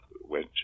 went